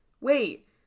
wait